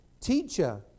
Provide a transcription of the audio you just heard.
Teacher